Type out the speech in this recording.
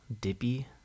dippy